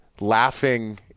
laughing